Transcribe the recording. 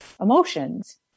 emotions